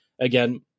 again